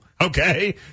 Okay